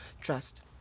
trust